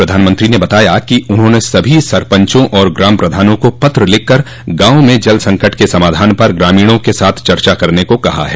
प्रधानमंत्री ने बताया कि उन्होंने सभी सरपंचों और ग्राम प्रधानों को पत्र लिखकर गांवों में जल संकट के समाधान पर ग्रामीणों के साथ चर्चा करने को कहा है